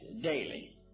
daily